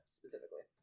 specifically